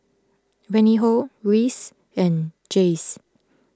Reinhold Rhys and Jayce